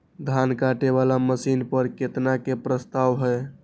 धान काटे वाला मशीन पर केतना के प्रस्ताव हय?